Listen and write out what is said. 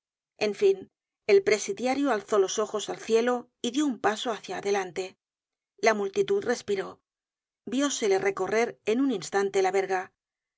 en fin el presidiario alzó los ojos al cielo y dió un paso hácia adelante la multitud respiró viósele recorrer en un instante la verga